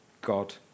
God